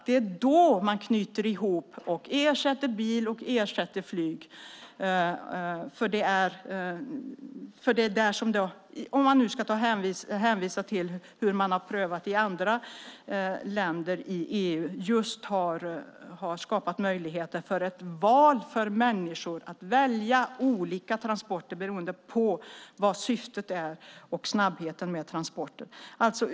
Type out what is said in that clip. Det är då man knyter ihop och ersätter bil och flyg - om man ska hänvisa till hur man i andra länder i EU har skapat möjligheter för människor att välja olika transporter beroende på vad syftet är och snabbheten med transporten.